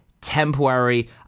temporary